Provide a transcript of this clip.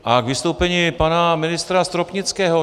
A k vystoupení pana ministra Stropnického.